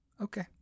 Okay